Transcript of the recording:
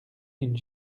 une